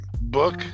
book